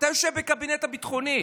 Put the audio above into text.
אתה יושב בקבינט הביטחוני.